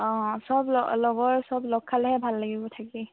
অঁ চব ল লগৰ চব লগ খালেহে ভাল লাগিব থাকি